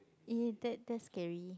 eh that that's scary